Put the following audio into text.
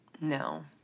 No